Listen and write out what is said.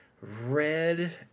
Red